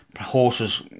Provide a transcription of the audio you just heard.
horses